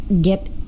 Get